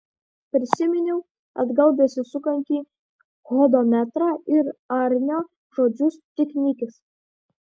prisiminiau atgal besisukantį hodometrą ir arnio žodžius tik nikis